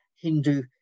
Hindu